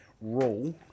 rule